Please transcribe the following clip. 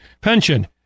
pension